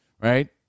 right